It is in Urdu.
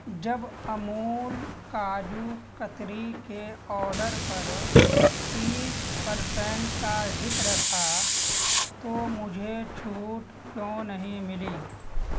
جب امول کاجو کتری کے آرڈر پر تیس پرسنٹ کا ذکر تھا تو مجھے چھوٹ کیوں نہیں ملی